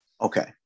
Okay